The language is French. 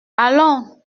allons